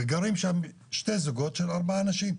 וגרים שם שתי זוגות של ארבעה אנשים,